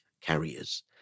carriers